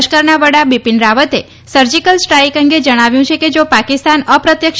લશ્કરના વડા બિપીન રાવતે સર્જીકલ સ્ટ્રાઇક અંગે જણાવ્યું છે કે જા પાકિસ્તાન અપ્રત્યક્ષ